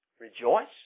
Rejoice